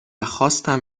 خواستم